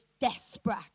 desperate